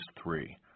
three